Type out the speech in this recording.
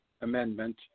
amendment